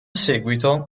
seguito